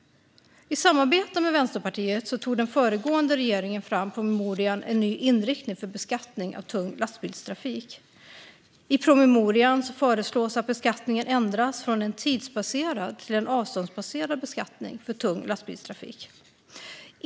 I samarbete med Vänsterpartiet tog den föregående regeringen fram promemorian En ny inriktning för beskattning av tung lastbilstrafik . I promemorian föreslås att beskattningen ändras från en tidsbaserad till en avståndsbaserad beskattning för tung lastbilstrafik.